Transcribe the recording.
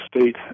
state